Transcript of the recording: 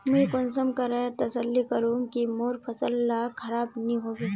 मुई कुंसम करे तसल्ली करूम की मोर फसल ला खराब नी होबे?